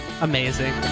amazing